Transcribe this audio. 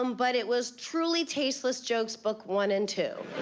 um but it was truly tasteless jokes book one and two.